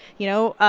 you know,